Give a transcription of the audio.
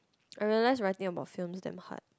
I realise writing about films damn hard